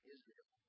Israel